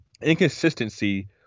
Inconsistency